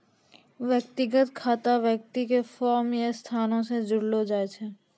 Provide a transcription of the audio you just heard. व्यक्तिगत खाता व्यक्ति के फर्म या संस्थानो से जोड़लो जाय छै